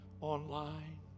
online